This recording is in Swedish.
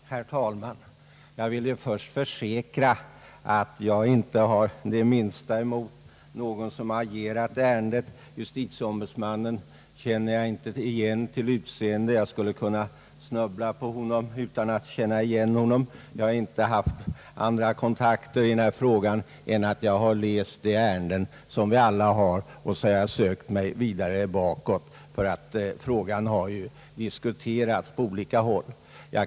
Herr talman! Jag vill först försäkra att jag inte har det minsta emot någon av dem som har agerat i ärendet. Justitieombudsmannen känner jag inte igen till utseendet — jag skulle kunna snubbla på honom och inte veta vem han är. Jag har inte haft andra kontakter i den här frågan, utan jag har först läst de ärenden som vi alla har att befatta oss med, och sedan har jag sökt mig vidare bakåt. Frågan har ju diskuterats på olika håll.